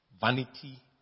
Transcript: vanity